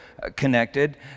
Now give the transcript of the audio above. connected